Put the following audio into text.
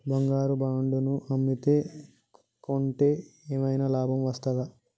బంగారు బాండు ను అమ్మితే కొంటే ఏమైనా లాభం వస్తదా?